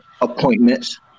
appointments